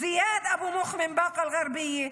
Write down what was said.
זיאד אבו מוך מבאקה אל-גרבייה,